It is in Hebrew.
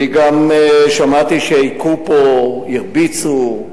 אני גם שמעתי שהכו פה, הרביצו.